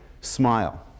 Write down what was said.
smile